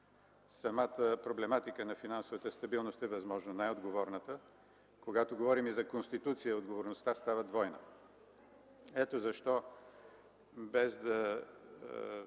Самата проблематика на финансовата стабилност е възможно най-отговорната, а когато говорим и за Конституция, отговорността става двойна. (Реплики от ГЕРБ.)